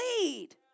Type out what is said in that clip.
lead